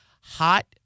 Hot